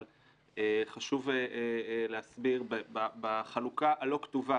חשוב להסביר, בחלוקה הלא כתובה